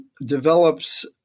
develops